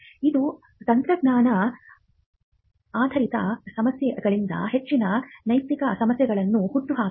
ಇದು ತಂತ್ರಜ್ಞಾನ ಆಧಾರಿತ ಸಮಸ್ಯೆಗಳಿಗಿಂತ ಹೆಚ್ಚಿನ ನೈತಿಕ ಸಮಸ್ಯೆಗಳನ್ನು ಹುಟ್ಟುಹಾಕಿದೆ